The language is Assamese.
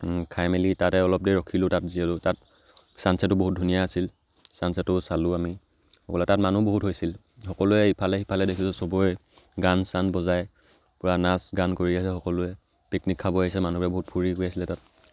খাই মেলি তাতে অলপ দেৰি ৰখিলোঁ তাত জিৰালো তাত ছানছেটো বহুত ধুনীয়া আছিল ছানছাটো চালোঁ আমি অকলে তাত মানুহ বহুত হৈছিল সকলোৱে ইফালে সিফালে দেখিছো সবৰে গান চান বজাই পূৰা নাচ গান কৰি আছে সকলোৱে পিকনিক খাব আহিছে মানুহবোৰে বহুত ফুৰি গৈ আছিলে তাত